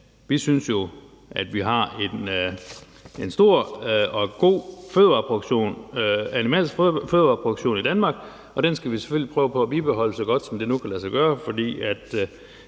vi synes jo, at vi har en stor og god animalsk fødevareproduktion i Danmark, og den skal vi selvfølgelig prøve på at bibeholde, så godt som det nu kan lade sig gøre, for